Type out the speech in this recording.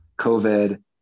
COVID